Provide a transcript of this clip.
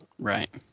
Right